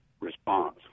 response